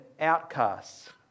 outcasts